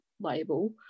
label